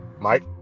Mike